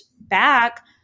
back